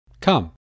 Come